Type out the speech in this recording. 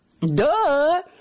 duh